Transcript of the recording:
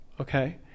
okay